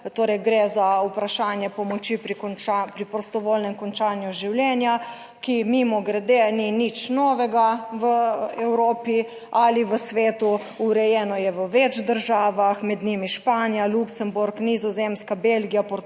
torej gre za vprašanje pomoči pri prostovoljnem končanju življenja, ki mimogrede ni nič novega v Evropi ali v svetu. Urejeno je v več državah, med njimi Španija, Luksemburg, Nizozemska, Belgija, Portugalska,